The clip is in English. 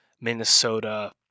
minnesota